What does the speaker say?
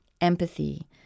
empathy